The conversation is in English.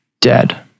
dead